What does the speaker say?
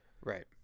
Right